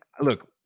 look